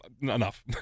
enough